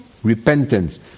repentance